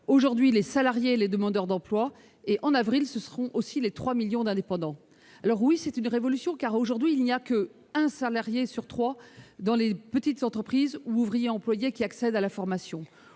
Aujourd'hui, ce sont les salariés et les demandeurs d'emploi ; en avril, ce seront aussi les 3 millions d'indépendants. Oui, c'est une révolution, car, aujourd'hui, il n'y a qu'un salarié sur trois dans les petites entreprises qui accède à la formation.